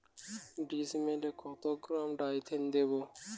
ডিস্মেলে কত gram Dithane দেবো?